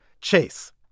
Chase